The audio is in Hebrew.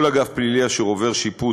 כל אגף פלילי אשר עובר שיפוץ,